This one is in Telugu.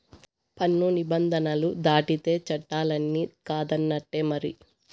పన్ను నిబంధనలు దాటితే చట్టాలన్ని కాదన్నట్టే మరి